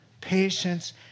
patience